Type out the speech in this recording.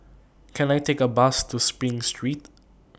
Can I Take A Bus to SPRING Street